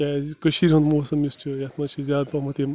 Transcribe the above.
کیٛازِ کٔشیٖرِ ہُنٛد موسم یُس چھِ یَتھ منٛز چھِ زیادٕ پَہمتھ یِم